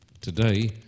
today